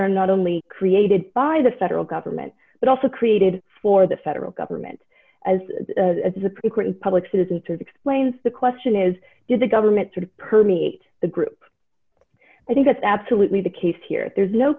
are not only created by the federal government but also created for the federal government as the supreme court and public citizen to explains the question is did the government to permeate the group i think that's absolutely the case here there's no